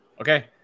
Okay